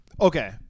okay